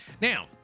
now